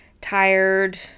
tired